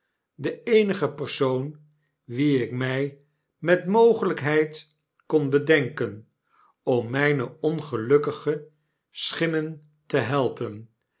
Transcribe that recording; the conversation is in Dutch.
de eenige persoon wien ik my met mogelykheid kon bedenken om myne ongelukkige schimmen te helpen